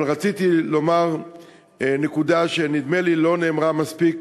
רציתי לומר נקודה שנדמה לי שלא נאמרה מספיק,